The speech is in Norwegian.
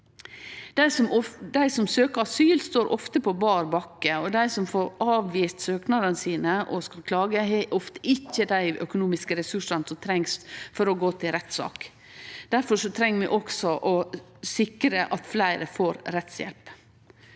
Dei som søkjer asyl, står ofte på bar bakke, og dei som får avvist søknadene sine og skal klage, har ofte ikkje dei økonomiske ressursane som trengst for å gå til rettssak. Difor treng me også å sikre at fleire får rettshjelp.